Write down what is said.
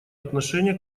отношение